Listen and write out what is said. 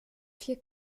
vier